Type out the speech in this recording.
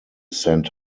sent